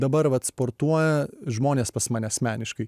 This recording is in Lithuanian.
dabar vat sportuoja žmonės pas mane asmeniškai